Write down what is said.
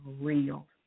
real